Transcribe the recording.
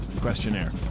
Questionnaire